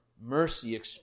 mercy